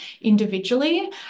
individually